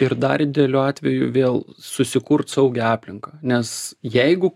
ir dar idealiu atveju vėl susikurt saugią aplinką nes jeigu